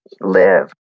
live